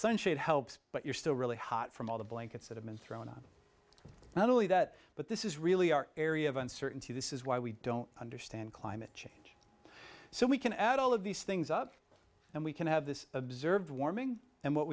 sun shade helps but you're still really hot from all the blankets that have been thrown up not only that but this is really our area of uncertainty this is why we don't understand climate change so we can add all of these things up and we can have this observed warming and what